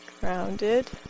Grounded